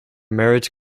marriage